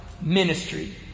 ministry